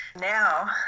Now